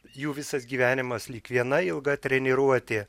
jų visas gyvenimas lyg viena ilga treniruotė